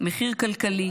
מחיר כלכלי,